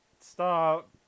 stop